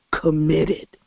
committed